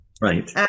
right